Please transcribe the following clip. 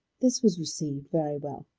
this was received very well.